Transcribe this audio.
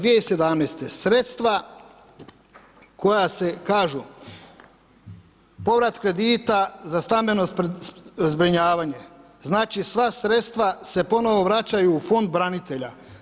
2017. sredstva koja se kažu, povrat kredita za stambenog zbrinjavanje, znači sva sredstva se ponovno vraćaju u fond branitelja.